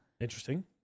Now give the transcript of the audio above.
Interesting